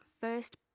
first